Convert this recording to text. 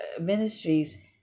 ministries